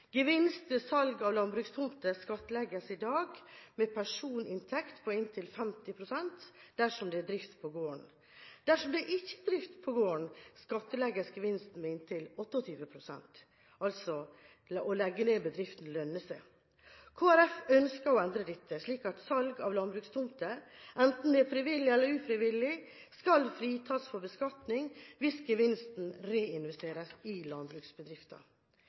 ved salg av landbrukstomter skattlegges i dag som personinntekt med inntil 50 pst. dersom det er drift på gården. Dersom det ikke er drift på gården, skattlegges gevinsten med inntil 28 pst. Det lønner seg altså å legge ned driften. Kristelig Folkeparti ønsker å endre dette, slik at salg av landbrukstomter, enten det skjer frivillig eller ufrivillig, skal fritas for beskatning hvis gevinsten reinvesteres i